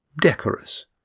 decorous